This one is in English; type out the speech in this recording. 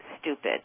stupid